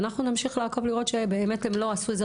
ואנחנו נמשיך לעקוב שהם לא עשו את זה